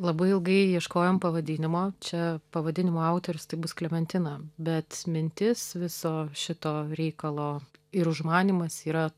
labai ilgai ieškojom pavadinimo čia pavadinimo autorius tai bus klementina bet mintis viso šito reikalo ir užmanymas yra